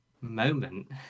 moment